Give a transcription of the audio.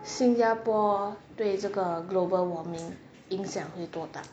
新加坡对这个 global warming 影响会多大